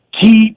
Keep